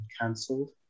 cancelled